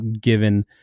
given